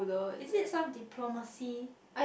is it some diplomacy